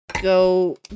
Go